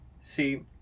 See